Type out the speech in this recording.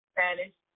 Spanish